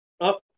Up